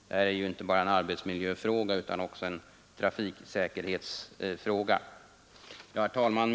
Det här är ju inte bara en arbetsmiljöfråga utan också en Herr talman!